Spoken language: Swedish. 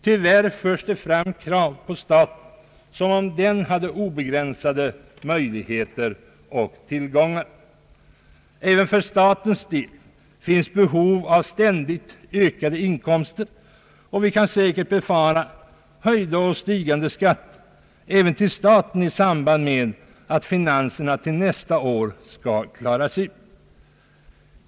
Tyvärr förs det fram krav på staten som om den hade obegränsade möjligheter och tillgångar. Även för statens del finns behov av ständigt ökade inkomster, och vi kan säkert befara höjda och stigande skatter även till staten i samband med att finanserna till nästa år skall klaras ut.